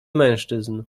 mężczyzn